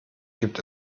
gibt